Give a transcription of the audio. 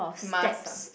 mask ah